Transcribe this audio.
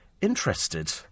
interested